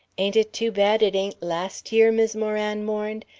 ain't it too bad it ain't last year? mis' moran mourned.